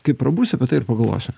kaip prabusiu ir pagalvosiu